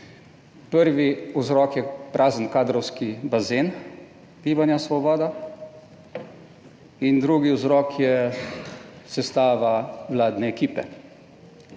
Prvi vzrok je prazen kadrovski bazen Gibanja Svoboda in drugi vzrok je sestava vladne ekipe.